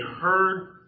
heard